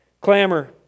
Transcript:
Clamor